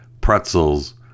pretzels